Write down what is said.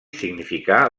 significà